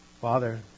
Father